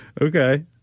Okay